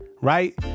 right